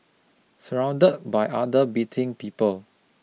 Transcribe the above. surrounded by other bleating people